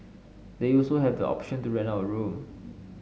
they also have the option to rent out a room